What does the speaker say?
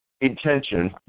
intention